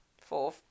Four